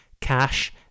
Cash